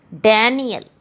Daniel